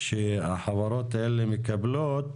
שהחברות האלה מקבלות,